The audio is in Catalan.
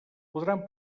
podran